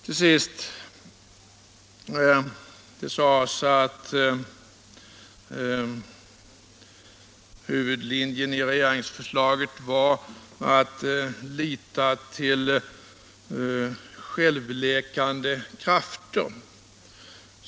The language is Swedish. Till sist: Det sades att huvudlinjen i regeringsförslaget var att lita till självläkande krafter.